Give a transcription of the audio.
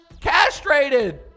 castrated